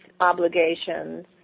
obligations